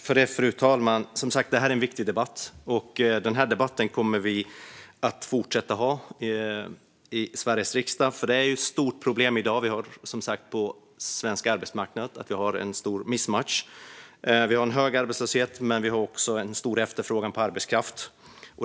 Fru talman! Som sagt, detta är en viktig debatt. Den här debatten kommer vi att fortsätta att ha i Sveriges riksdag. Det är ett stort problem på svensk arbetsmarknad i dag att vi har så stor missmatchning. Vi har hög arbetslöshet, men vi har samtidigt en stor efterfrågan på arbetskraft.